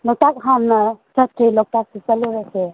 ꯂꯣꯛꯇꯥꯛ ꯍꯥꯟꯅ ꯆꯠꯁꯦ ꯂꯣꯛꯇꯥꯛꯁꯦ ꯆꯠꯂꯨꯔꯁꯦ